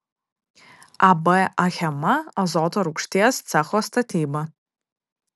ab achema azoto rūgšties cecho statyba